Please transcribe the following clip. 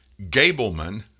Gableman